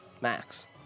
max